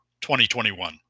2021